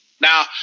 Now